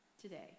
today